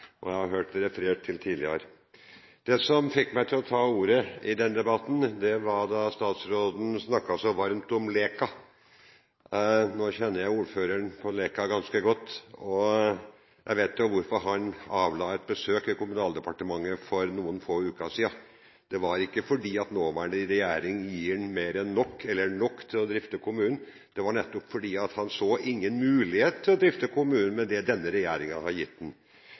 og jeg har hørt det referert til tidligere. Det som fikk meg til å ta ordet i denne debatten, var da statsråden snakket så varmt om Leka. Nå kjenner jeg ordføreren på Leka ganske godt, og jeg vet jo hvorfor han avla Kommunaldepartementet et besøk for noen få uker siden. Det var ikke fordi nåværende regjering gir ham mer enn nok eller nok til å drifte kommunen. Det var nettopp fordi at han ikke så noen mulighet til å drifte kommunen med det denne regjeringa har gitt den.